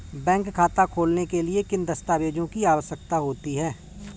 Bank खाता खोलने के लिए किन दस्तावेज़ों की आवश्यकता होती है?